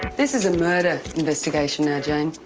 this is a murder investigation now jane,